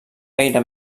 gaire